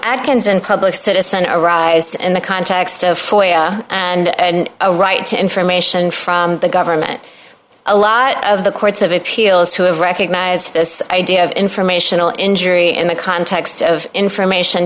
adkins and public citizen arise in the context of floyd and a right to information from the government a lot of the courts of appeals to have recognized this idea of informational injury in the context of information